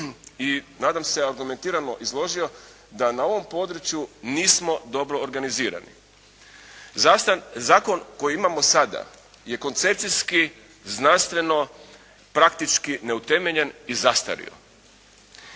i nadam se argumentirano izložio da na ovom području nismo dobro organizirani. Zakon koji imamo sada je koncepcijski, znanstveno, praktički neutemeljen i zastario.